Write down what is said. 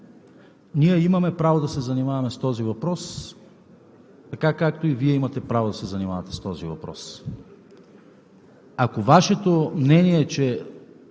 ние имаме право да се занимаваме с този въпрос, така както и Вие имате право да се занимавате с този въпрос. Ако Вашето мнение е, че